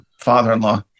father-in-law